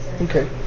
Okay